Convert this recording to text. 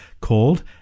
called